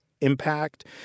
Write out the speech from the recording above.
impact